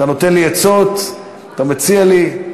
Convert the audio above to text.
אתה נותן לי עצות, אתה מציע לי.